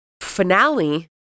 finale